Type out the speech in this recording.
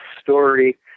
story